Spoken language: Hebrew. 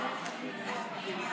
שלושה חודשים.